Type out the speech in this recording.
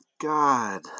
God